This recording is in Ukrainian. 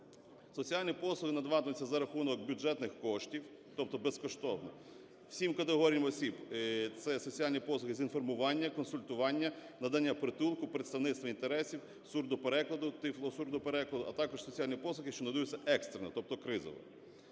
Соціальні послуги надаватимуться за рахунок бюджетних коштів, тобто безкоштовно всім категоріям осіб – це соціальні послуги з інформування, консультування, надання притулку, представництво інтересів, сурдоперекладу, тифлосурдоперекладу, а також соціальні послуги, що надають екстрено, тобто кризово.